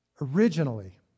originally